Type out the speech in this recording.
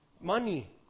money